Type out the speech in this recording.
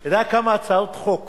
אתה יודע כמה הצעות חוק